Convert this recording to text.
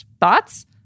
Thoughts